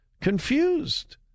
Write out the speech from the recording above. confused